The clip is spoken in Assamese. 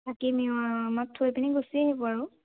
থাকিমে অঁ আমাক থৈ পিনি গুচি আহিব আৰু